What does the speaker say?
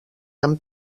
amb